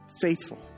faithful